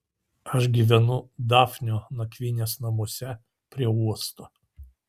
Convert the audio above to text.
aš gyvenu dafnio nakvynės namuose prie uosto